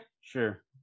sure